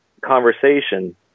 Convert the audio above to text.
conversation